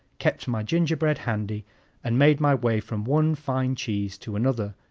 kept my gingerbread handy and made my way from one fine cheese to another,